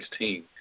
2016